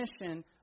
mission